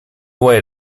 way